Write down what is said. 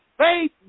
Faith